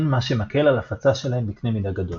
מה שמקל על הפצה שלהם בקנה מידה גדול.